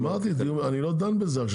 אני לא דן בזה,